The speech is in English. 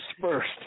first